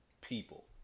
people